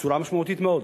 בצורה משמעותית מאוד.